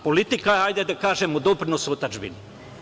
Politika je, hajde da kažemo, doprinos otadžbini.